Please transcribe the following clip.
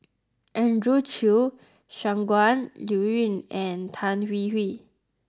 Andrew Chew Shangguan Liuyun and Tan Hwee Hwee